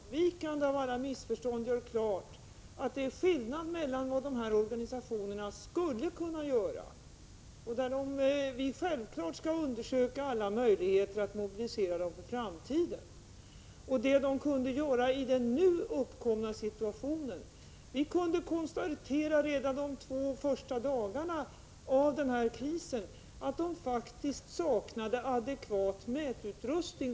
Herr talman! Jag tror att det är viktigt att vi, för undvikande av missförstånd, gör klart att det är skillnad mellan vad dessa organisationer skulle kunna göra —- på den punkten skall vi självfallet undersöka alla möjligheter att mobilisera dem för framtiden — och det som de kunde göra i den nu uppkomna situationen. Redan de två första dagarna av den här krisen kunde vi faktiskt konstatera att dessa organisationer saknade adekvat mätutrustning.